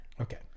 okay